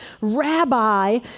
rabbi